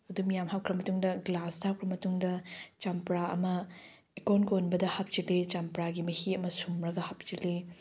ꯑꯗꯨ ꯃꯌꯥꯝ ꯍꯥꯞꯈ꯭ꯔ ꯃꯇꯨꯡꯗ ꯒ꯭ꯂꯥꯁꯇ ꯍꯥꯞꯈ꯭ꯔ ꯃꯇꯨꯡꯗ ꯆꯝꯄ꯭ꯔꯥ ꯑꯃ ꯏꯀꯣꯟ ꯀꯣꯟꯕꯗ ꯍꯥꯞꯆꯤꯜꯂꯤ ꯆꯝꯄ꯭ꯔꯥꯒꯤ ꯃꯍꯤ ꯑꯃ ꯁꯨꯝꯃꯒ ꯍꯥꯞꯆꯤꯜꯂꯤ